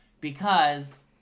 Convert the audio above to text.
Because-